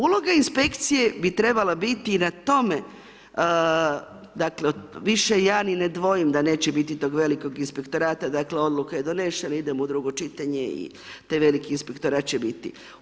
Uloga inspekcije bi trebala biti i na tome, dakle više ja ni ne dvojim da neće biti tog velikog inspektorata, dakle odluka je donesena, idemo u drugo čitanje i taj veliki inspektorat će biti.